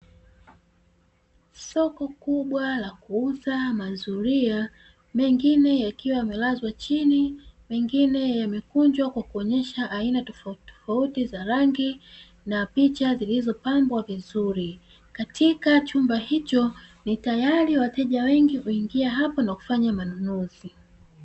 Soko kubwa la kuuza mazulia, mengine yakiwa yamelazwa chini, mengine yamekunjwa kwa kuonyesha aina tofautitofauti za rangi, na picha zilizopambwa vizuri, katika chumba hicho ni tayari wateja wengi huingia hapo na kufanya manunuzi.